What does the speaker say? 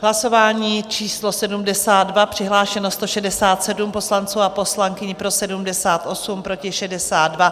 Hlasování číslo 72, přihlášeno 167 poslanců a poslankyň, pro 78, proti 62.